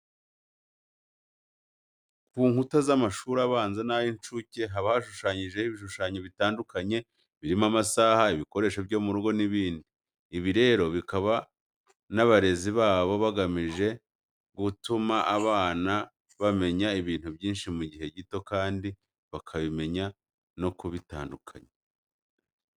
Ku nkuta z'amashuri abanza n'ay'incuke haba hashushanyijeho ibishushanyo bitandukanye birimo amasaha, ibikoresho byo mu rugo n'ibindi. Ibi rero bikorwa n'abarezi babo bagamije gutuma aba bana bamenya ibintu byinshi mu gihe gito kandi bakamenya no kubitandukanya.